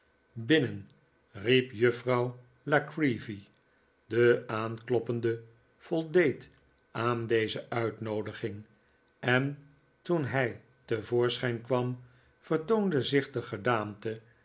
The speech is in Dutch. binnen riep juffrouw la creevy de aankloppende voldeed aan deze uitnoodiging en toen hij te voorschijn kwam vertoonden zich de gedaante